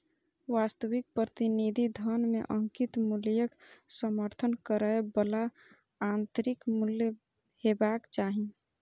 वास्तविक प्रतिनिधि धन मे अंकित मूल्यक समर्थन करै बला आंतरिक मूल्य हेबाक चाही